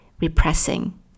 repressing